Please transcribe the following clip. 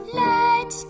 let